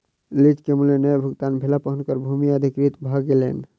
lease के मूल्य नै भुगतान भेला पर हुनकर भूमि अधिकृत भ गेलैन